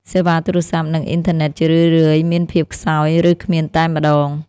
សេវាទូរស័ព្ទ និងអ៊ីនធឺណិតជារឿយៗមានភាពខ្សោយ ឬគ្មានតែម្ដង។